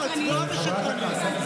צבועה ושקרנית.